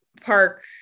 park